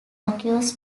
occurs